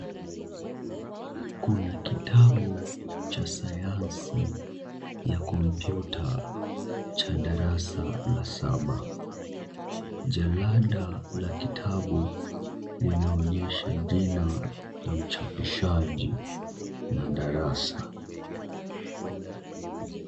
Kuna kitabu cha sayansi ya kompyuta cha darasa la saba, jalada la kitabu linaonyesha jina la mchapishaji na darasa.